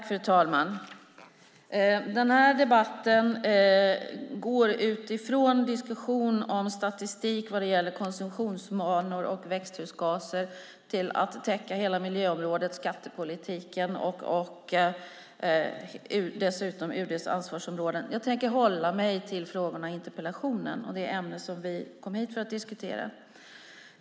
Fru talman! Den här debatten går från diskussion om statistik vad gäller konsumtionsvanor och växthusgaser till att täcka hela miljöområdets skattepolitik och dessutom UD:s ansvarsområden. Jag tänker hålla mig till frågorna i interpellationen och det ämne som vi kom hit för att diskutera.